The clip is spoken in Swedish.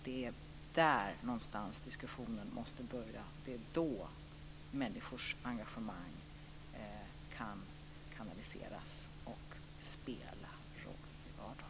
Det är där någonstans diskussionen måste börja. Det är då människors engagemang kan kanaliseras och spela roll i vardagen.